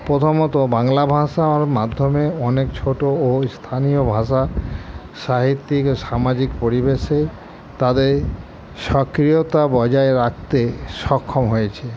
প্রথমত বাংলা ভাষার মাধ্যমে অনেক ছোটো ও স্থানীয় ভাষা সাহিত্যিক ও সামাজিক পরিবেশে তাদের সক্রিয়তা বজায় রাখতে সক্ষম হয়েছে